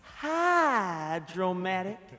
hydromatic